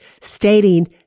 stating